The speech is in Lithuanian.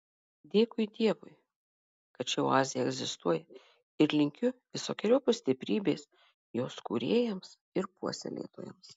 dėkui dievui kad ši oazė egzistuoja ir linkiu visokeriopos stiprybės jos kūrėjams ir puoselėtojams